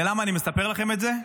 למה אני מספר לכם את זה?